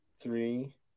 three